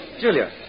Julia